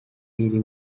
iri